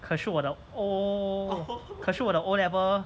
可是我的 O 可是我的 O-level